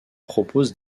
propose